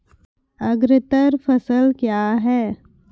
अग्रतर फसल क्या हैं?